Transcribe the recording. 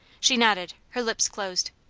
she nodded, her lips closed.